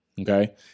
Okay